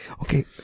Okay